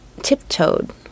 tiptoed